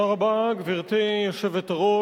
6397, 6398, 6404,